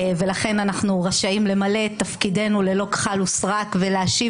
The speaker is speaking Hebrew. ולכן אנחנו רשאים למלא את תפקידנו ללא כחל וסרק ולהשיב